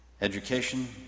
Education